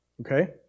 Okay